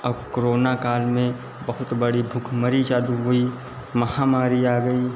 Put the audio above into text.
अब क्रोना काल में बहुत बड़ी भूखमरी चालु हुई माहमारी आ गई